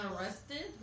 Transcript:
arrested